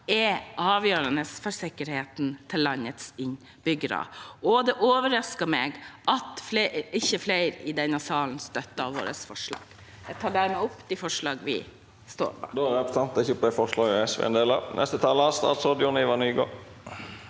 er avgjørende for sikkerheten til landets innbyggere. Det overrasker meg at ikke flere i denne salen støtter våre forslag. Jeg tar dermed opp forslagene våre.